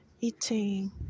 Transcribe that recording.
eating